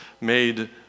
made